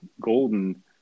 golden